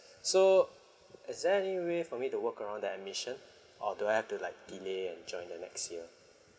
so is there any way for me to work around that admission or do I have to like delay and join the next year